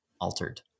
altered